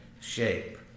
shape